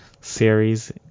series